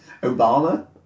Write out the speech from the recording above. Obama